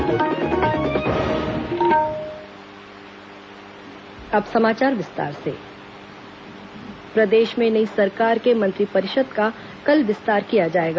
शपथ ग्रहण समारोह प्रदेश में नई सरकार के मंत्रिपरिषद का कल विस्तार किया जाएगा